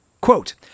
Quote